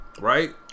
right